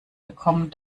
gekommen